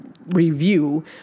Review